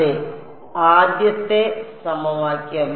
അതെ ആദ്യത്തെ സമവാക്യം